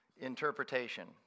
interpretation